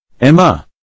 Emma